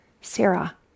Sarah